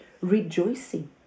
Rejoicing